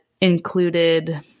included